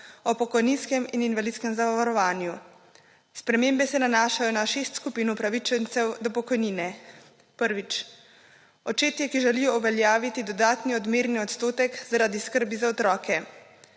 o pokojninskem in invalidskem zavarovanju. Spremembe se nanašajo na šest skupin upravičencev do pokojnine. Prvič, očetje, ki želijo uveljaviti dodatni odmerni odstotek zaradi skrbi za otroke.